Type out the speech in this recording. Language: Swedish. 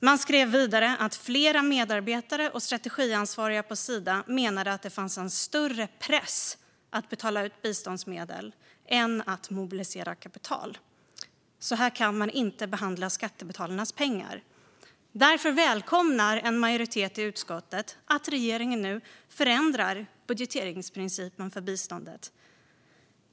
Man skrev vidare att flera medarbetare och strategiansvariga på Sida menade att det fanns en större press att betala ut biståndsmedel än att mobilisera kapital. Så här kan man inte behandla skattebetalarnas pengar. Därför välkomnar en majoritet i utskottet att regeringen nu förändrar budgeteringsprincipen för biståndet.